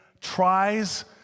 tries